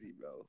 bro